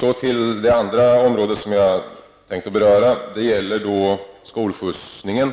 Så till det andra området som jag tänkte beröra. Det gäller skolskjutsningen.